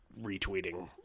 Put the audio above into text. retweeting